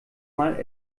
mal